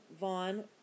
Vaughn